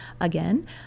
again